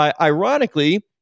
ironically